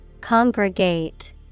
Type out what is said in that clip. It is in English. Congregate